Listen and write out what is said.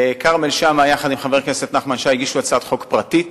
וכרמל שאמה יחד עם חבר הכנסת נחמן שי הגישו הצעת חוק פרטית,